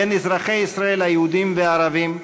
בין אזרחי ישראל היהודים והערבים,